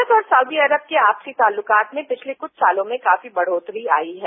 भारत और Saudi Arab के आपसी ताल्लुकात में पिछले कुछ सालों में काफी बढ़ोतरी आई है